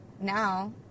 now